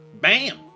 Bam